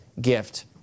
gift